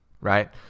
right